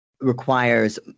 requires